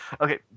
Okay